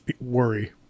worry